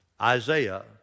Isaiah